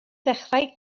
ddechrau